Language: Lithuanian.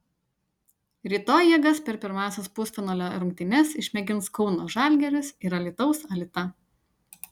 rytoj jėgas per pirmąsias pusfinalio rungtynes išmėgins kauno žalgiris ir alytaus alita